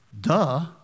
Duh